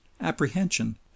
apprehension